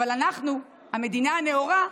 אבל אנחנו, המדינה הנאורה,